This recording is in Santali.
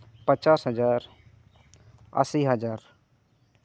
ᱯᱚᱪᱟᱥ ᱦᱟᱡᱟᱨ ᱟᱹᱥᱤ ᱦᱟᱡᱟᱨ